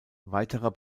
weiterer